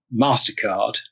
Mastercard